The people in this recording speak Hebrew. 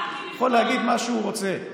הוא יכול להגיד מה שהוא רוצה.